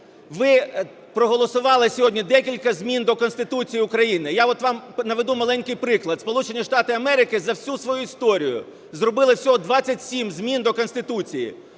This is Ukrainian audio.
Ви проголосували сьогодні декілька змін до Конституції України. Я от вам наведу маленький приклад: Сполучені Штати Америки за всю свою історію зробили всього 27 змін до Конституції,